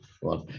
one